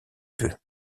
peux